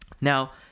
Now